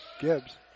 Gibbs